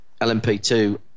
LMP2